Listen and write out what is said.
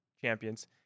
champions